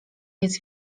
jest